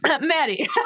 Maddie